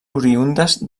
oriündes